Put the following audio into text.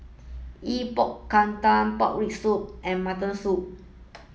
Epok Kentang Pork Rib Soup and Mutton Soup